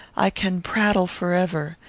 i can prattle forever.